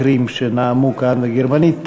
כמה מקרים שנאמו כאן בגרמנית,